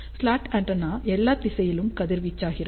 slot antenna எல்லா திசையிலும் கதிர்வீச்சாகிறது